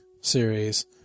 series